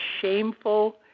shameful